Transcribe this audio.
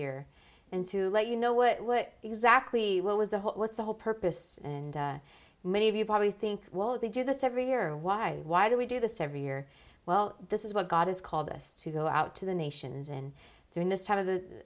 year and to let you know what exactly what was the what's the whole purpose and many of you probably think well if they do this every year why why do we do this every year well this is what god has called us to go out to the nations and during this time of the